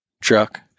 truck